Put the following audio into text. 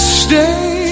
stay